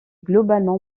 globalement